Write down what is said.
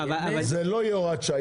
זה לא יהיה הוראת שעה.